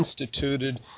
instituted